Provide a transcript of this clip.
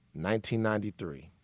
1993